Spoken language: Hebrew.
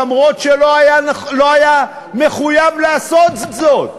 אף שלא היה מחויב לעשות זאת,